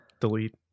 delete